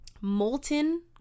molten